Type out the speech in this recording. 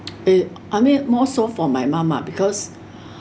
it I mean more so for my mom lah because